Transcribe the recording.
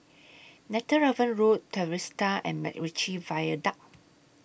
Netheravon Road Trevista and Macritchie Viaduct